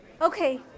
Okay